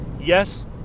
yes